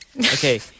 Okay